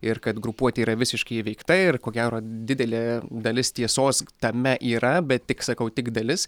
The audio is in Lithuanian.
ir kad grupuotė yra visiškai įveikta ir ko gero didelė dalis tiesos tame yra bet tik sakau tik dalis